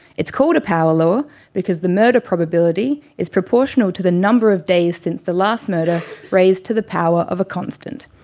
it's called a power law because the murder probability is proportional to the number of days since the last murder raised to the power of a constant.